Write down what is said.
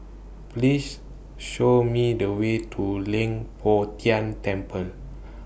Please Show Me The Way to Leng Poh Tian Temple